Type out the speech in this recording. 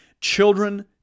Children